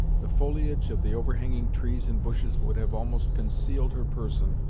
the foliage of the overhanging trees and bushes would have almost concealed her person,